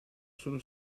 sono